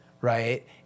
right